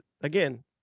again